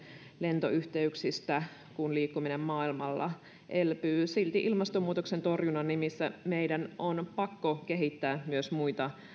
lentoyhteyksistä kun liikkuminen maailmalla elpyy silti ilmastonmuutoksen torjunnan nimissä meidän on pakko kehittää myös muita